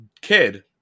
kid